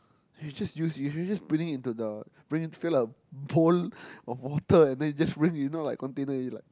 you just use you you're just putting it into the fill up a bowl of water and then just rinse you now container you like